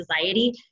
society